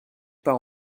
pas